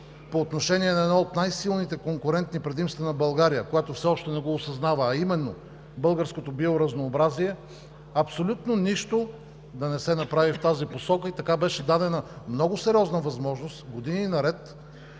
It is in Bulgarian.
по отношение на едно от най-силните конкурентни предимства на България, която все още не го осъзнава, а именно българското биоразнообразие. Абсолютно нищо не се направи в тази посока и така беше дадена много сериозна възможност години наред